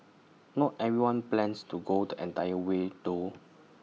not everyone plans to go the entire way though